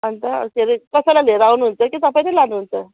अन्त अरू के अरे कसैलाई लिएर आउनु हुन्छ कि तपाईँ नै लानुहुन्छ